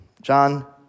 John